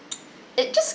it just